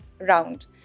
round